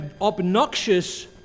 obnoxious